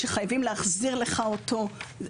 שחייבים להחזיר לך אותו,